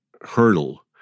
hurdle